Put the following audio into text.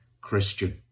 Christian